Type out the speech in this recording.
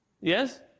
Yes